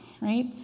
right